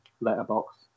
letterbox